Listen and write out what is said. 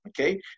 Okay